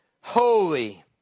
Holy